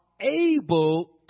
able